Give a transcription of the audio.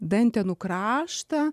dantenų kraštą